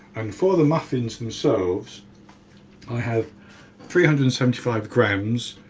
and for the muffins themselves i have three hundred and seventy five grams,